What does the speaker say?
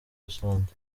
rusange